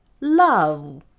Love